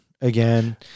again